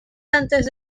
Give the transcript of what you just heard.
antes